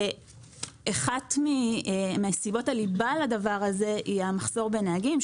אחת מסיבות הליבה לדבר הזה הוא המחסור בנהגים,